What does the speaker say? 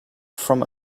from